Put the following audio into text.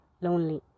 lonely